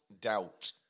doubt